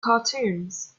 cartoons